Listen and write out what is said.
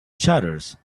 shutters